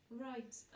Right